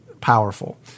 powerful